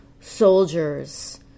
soldiers